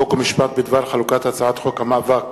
חוק ומשפט בדבר חלוקת הצעת חוק המאבק